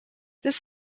this